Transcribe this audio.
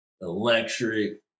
electric